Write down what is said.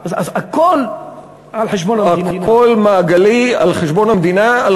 אז הכול על חשבון המדינה.